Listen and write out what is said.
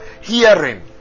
hearing